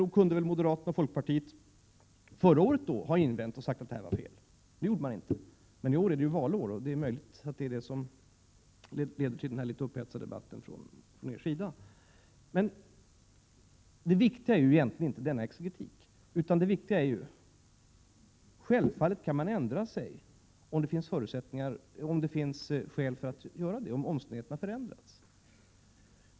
Nog kunde väl moderaterna och folkpartiet förra året ha invänt och sagt att systemet är felaktigt — men det gjorde ni inte. I år är det emellertid valår, och det är möjligt att det är detta som leder till denna litet upphetsade debatt från er sida. Det viktiga är egentligen inte exegetik, utan det viktiga är: Självfallet kan man ändra sig om det finns skäl för att göra det — om omständigheterna har förändrats.